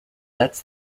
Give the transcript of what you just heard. lets